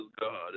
God